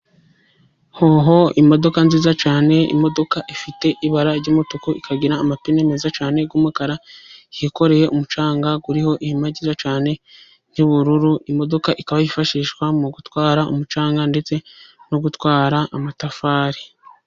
Hoho, imodoka nziza cyane, imodoka ifite ibara ry'umutuku, ikagira amapine meza cyane y'umukara hikoreye umucanga imagira cyane ry'ubururu, aba yifashishwa mu gutwara umucanga ndetse no gutwara amatafari, imodoka ik